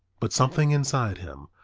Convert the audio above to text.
but something inside him,